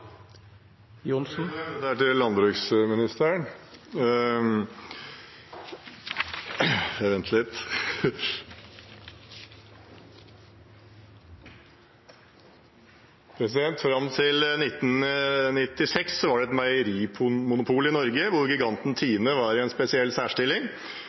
til landbruksministeren. Fram til 1996 var det et meierimonopol i Norge, hvor giganten Tine var i en særstilling.